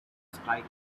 strike